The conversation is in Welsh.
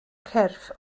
cyrff